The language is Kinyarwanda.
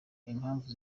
impamvu